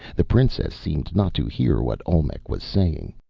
the princess seemed not to hear what olmec was saying.